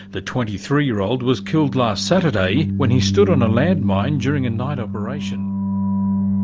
the twenty three year old was killed last saturday when he stood on a landmine during a night operation,